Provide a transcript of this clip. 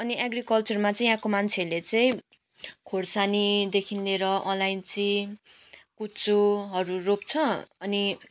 अनि एग्रिकल्चरमा चाहिँ यहाँको मान्छेहरूले चाहिँ खोर्सानीदेखि लिएर अलैँची कुच्चोहरू रोप्छ अनि